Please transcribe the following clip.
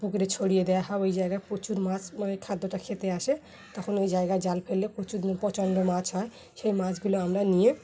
পুকুরে ছড়িয়ে দেওয়া হয় ওই জায়গায় প্রচুর মাছ মানে খাদ্যটা খেতে আসে তখন ওই জায়গায় জাল ফেললে প্রচুর প্রচণ্ড মাছ হয় সেই মাছগুলো আমরা নিয়ে